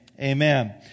amen